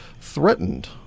threatened